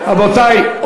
רבותי,